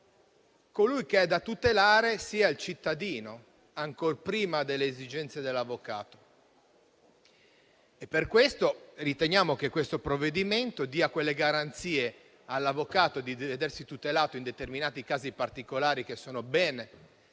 che da tutelare sia il cittadino, ancor prima delle esigenze dell'avvocato. Crediamo che questo provvedimento garantisca all'avvocato di vedersi tutelato in determinati casi particolari che sono ben